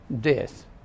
death